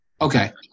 Okay